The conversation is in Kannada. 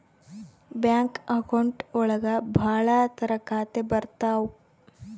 ಬ್ಯಾಂಕ್ ಅಕೌಂಟ್ ಒಳಗ ಭಾಳ ತರ ಖಾತೆ ಬರ್ತಾವ್